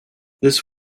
this